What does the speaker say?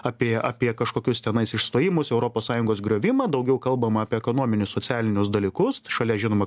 apie apie kažkokius tenais išstojimus europos sąjungos griovimą daugiau kalbama apie ekonominius socialinius dalykus šalia žinoma